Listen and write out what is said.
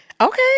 Okay